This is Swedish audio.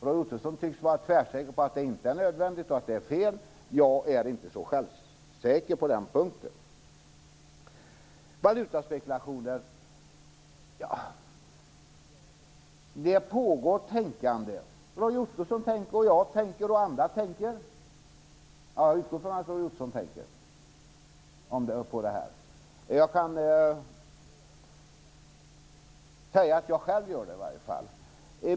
Roy Ottosson tycks vara tvärsäker på att det inte är nödvändigt, och att detta är fel. Jag är inte så självsäker på den punkten. Det pågår tänkande kring detta med valutaspekulationer. Roy Ottosson, jag och andra tänker. Jag utgår i alla fall ifrån att Roy Ottosson tänker på detta. Jag själv gör det.